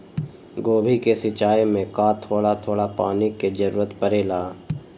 गोभी के सिचाई में का थोड़ा थोड़ा पानी के जरूरत परे ला?